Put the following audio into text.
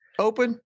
open